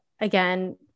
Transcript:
again